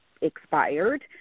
expired